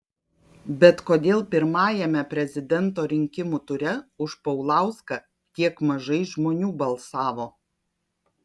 bet kodėl pirmajame prezidento rinkimų ture už paulauską tiek mažai žmonių balsavo